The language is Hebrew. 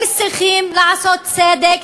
אם צריכים לעשות צדק,